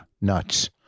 Nuts